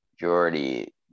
majority